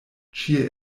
ĉie